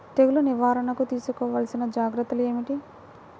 తెగులు నివారణకు తీసుకోవలసిన జాగ్రత్తలు ఏమిటీ?